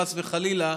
חס וחלילה,